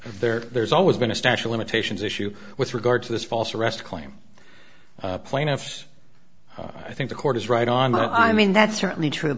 there's always been a statue of limitations issue with regard to this false arrest claim plaintiffs i think the court is right on i mean that's certainly true